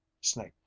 Snake